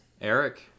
Eric